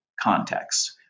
context